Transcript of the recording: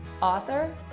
author